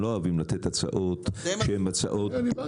הם לא אוהבים לתת הצעות שהן --- אני הבנתי,